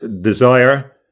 desire